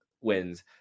wins